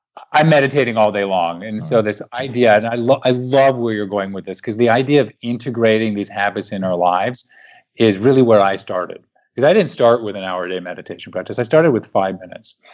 i'm meditating all day long and so this idea and i love i love where you're going with this because the idea of integrating these habits in our lives is really what i started is i didn't start with an hour a day meditation practice. i started with five minutes,